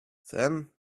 then